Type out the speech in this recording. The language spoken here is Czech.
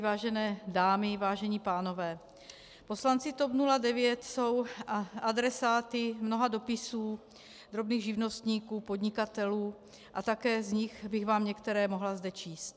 Vážené dámy, vážení pánové, poslanci TOP 09 jsou adresáty mnoha dopisů drobných živnostníků, podnikatelů a také z nich bych vám některé zde mohla číst.